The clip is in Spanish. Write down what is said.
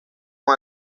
con